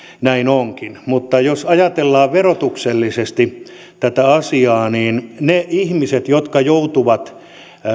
näin onkin mutta jos ajatellaan verotuksellisesti tätä asiaa niin niiltä ihmisiltä jotka joutuvat